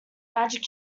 magic